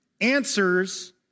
answers